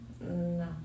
No